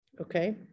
okay